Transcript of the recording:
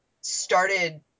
started